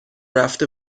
رفته